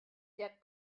der